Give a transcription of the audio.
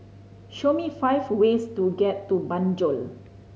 show me five ways to get to Banjul